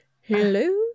Hello